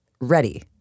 ready